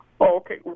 Okay